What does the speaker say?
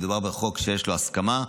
מדובר בחוק שיש לו הסכמה.